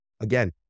Again